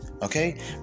okay